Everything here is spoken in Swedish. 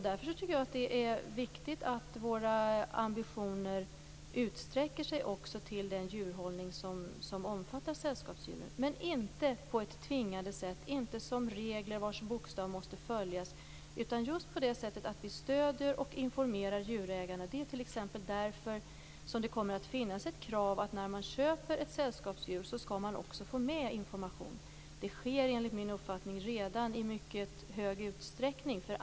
Därför tycker jag att det är viktigt att våra ambitioner utsträcker sig också till den djurhållning som omfattar sällskapsdjuren, men inte på ett tvingande sätt, inte som regler vars bokstav måste följas, utan just på det sättet att vi stöder och informerar djurägarna. Det är därför som det kommer att finnas ett krav att man när man köper ett sällskapsdjur också skall få med information. Det sker enligt min uppfattning redan i mycket hög utsträckning.